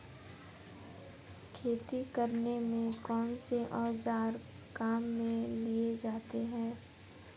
खेती करने में कौनसे औज़ार काम में लिए जाते हैं?